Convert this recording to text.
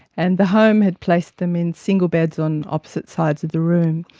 and the home had placed them in single beds on opposite sides of the room,